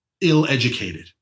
ill-educated